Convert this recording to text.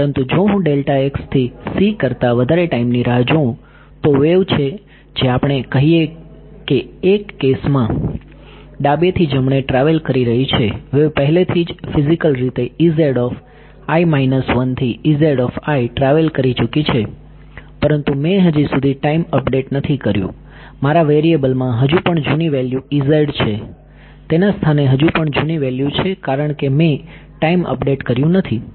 પરંતુ જો હું ડેલ્ટા x થી c કરતા વધારે ટાઇમની રાહ જોઉં તો વેવ છે જે આપણે કહીએ કે એક કેસમાં ડાબેથી જમણે ટ્રાવેલ કરી રહી છે વેવ પહેલેથી જ ફિઝીકલ રીતે થી ટ્રાવેલ કરી ચૂકી છે પરંતુ મેં હજી સુધી ટાઇમ અપડેટ નથી કર્યું મારા વેરિયેબલમાં હજુ પણ જુની વેલ્યુ છે તેના સ્થાને હજુ પણ જુની વેલ્યુ છે કારણ કે મેં ટાઇમ અપડેટ કર્યું નથી